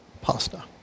pasta